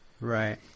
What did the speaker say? Right